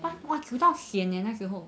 !wah! !wah! 煮到 sian eh 那时候